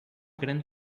grande